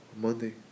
Monday